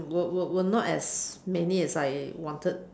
were were were not as many as I wanted